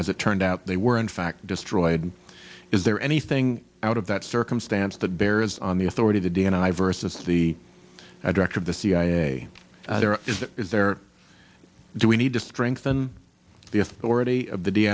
as it turned out they were in fact destroyed is there anything out of that circumstance that bears on the authority the d n i versus the director of the cia is there do we need to strengthen the authority of the d